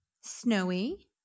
snowy